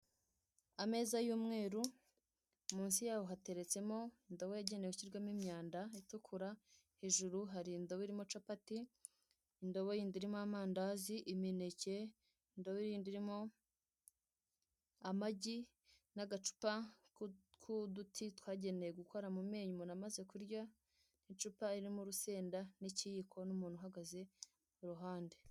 Ameza y'umweru munsi yaho hateretsemo indobo yagenewe gushyirwamo imyanda itukura, hejuru hari indobo irimo capati, indobo y'indi irimo amandazi, imineke, indobo y'indi irimo amagi n'agacupa k'uduti twagenewe gukora mu menyo umuntu amaze kurya, icupa ririmo urusenda n'ikiyiko n'umuntu uhagaze ku ruhande.